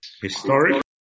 historic